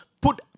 put